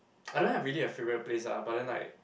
I don't have really a favourite place lah but then like